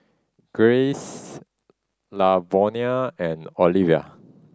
Grayce Lavonia and Olivia